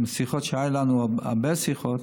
משיחות שהיו לנו, הרבה שיחות,